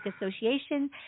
Association